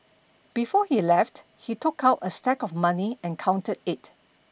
before he left he took out a stack of money and counted it